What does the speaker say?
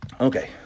Okay